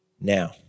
Now